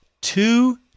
two